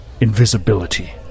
invisibility